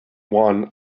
one